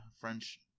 French